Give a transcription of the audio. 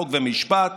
חוק ומשפט,